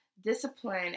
discipline